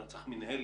אלא צריך מינהלת,